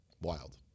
Wild